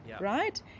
right